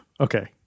Okay